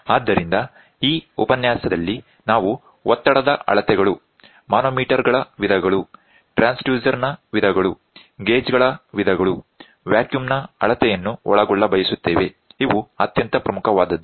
ಆದ್ದರಿಂದ ಈ ಉಪನ್ಯಾಸದಲ್ಲಿ ನಾವು ಒತ್ತಡದ ಅಳತೆಗಳು ಮಾನೋಮೀಟರ್ ಗಳ ವಿಧಗಳು ಟ್ರಾನ್ಸ್ ಡ್ಯೂಸರ್ ನ ವಿಧಗಳು ಗೇಜಗಳ ವಿಧಗಳು ವ್ಯಾಕ್ಯೂಮ್ನ ಅಳತೆಯನ್ನು ಒಳಗೊಳ್ಳಬಯಸುತ್ತೇವೆ ಇವು ಅತ್ಯಂತ ಪ್ರಮುಖವಾದದ್ದು